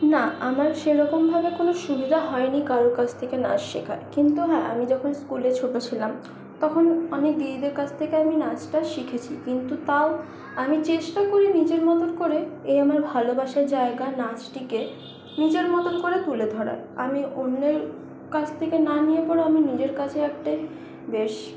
না আমার সেরকমভাবে কোনো সুবিধা হয়নি কারোর কাছ থেকে নাচ শেখার কিন্তু হ্যাঁ আমি যখন স্কুলে ছোটো ছিলাম তখন আমি দিদিদের কাছ থেকে আমি নাচটা শিখেছি কিন্তু তাও আমি চেষ্টা করি নিজের মত করে এ আমার ভালোবাসার জায়গা নাচটিকে নিজের মতো করে তুলে ধরার আমি অন্যের কাছ থেকে না নিলে পরে আমি নিজের কাছে একটা বেশ